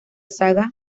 saga